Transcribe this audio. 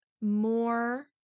more